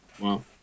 Wow